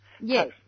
Yes